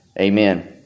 Amen